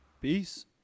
Peace